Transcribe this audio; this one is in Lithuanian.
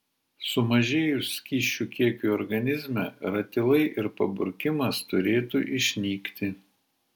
sumažėjus skysčių kiekiui organizme ratilai ir paburkimas turėtų išnykti